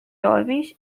jovens